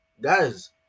guys